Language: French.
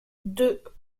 deux